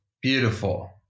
Beautiful